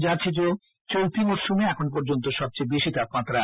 যা ছিল চলতি মরশুমে এখন পর্যন্ত সবচেয়ে বেশি তাপমাত্রা